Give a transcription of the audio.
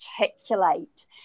articulate